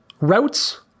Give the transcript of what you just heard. routes